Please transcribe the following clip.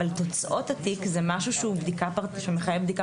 אבל תוצאות התיק זה משהו שהוא מחייב בדיקה